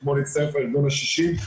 אתמול הצטרף הארגון ה-60,